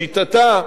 לשיטתה,